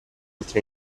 altri